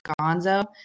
Gonzo